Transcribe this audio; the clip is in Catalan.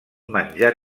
menjar